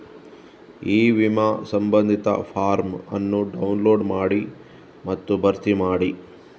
E ವಿಮಾ ಸಂಬಂಧಿತ form ಅನ್ನು ಡೌನ್ಲೋಡ್ ಮಾಡಿ ಮತ್ತು ಭರ್ತಿ ಮಾಡಿ